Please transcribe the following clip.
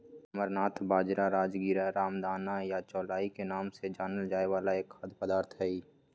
amaranth बाजरा, राजगीरा, रामदाना या चौलाई के नाम से जानल जाय वाला एक खाद्य पदार्थ हई